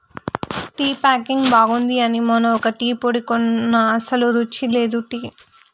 tea packing బాగుంది అని మొన్న ఒక టీ పొడి కొన్న అస్సలు రుచి లేదు టీ